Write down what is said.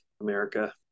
America